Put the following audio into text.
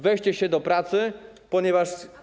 Weźcie się do pracy, ponieważ.